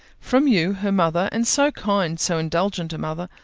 from you, her mother, and so kind, so indulgent a mother,